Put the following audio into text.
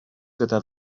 gyda